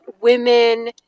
women